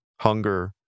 hunger